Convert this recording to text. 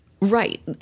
Right